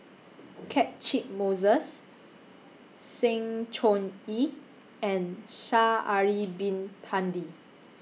Catchick Moses Sng Choon Yee and Sha'Ari Bin Tadin